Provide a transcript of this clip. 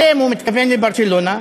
אתם, הוא התכוון ל"ברצלונה".